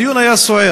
הדיון היה סוער,